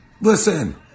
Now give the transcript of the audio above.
Listen